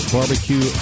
Barbecue